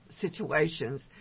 situations